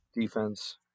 defense